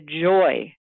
joy